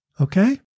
Okay